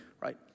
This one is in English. right